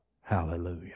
Hallelujah